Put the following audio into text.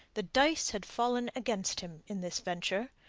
the dice had fallen against him in this venture.